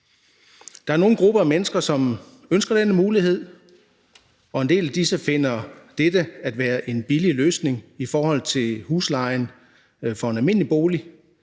Der er nogle grupper af mennesker, som ønsker den mulighed, og en del finder, at dette er en billig løsning i forhold til huslejen for en almindelig bolig.